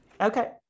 Okay